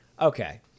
okay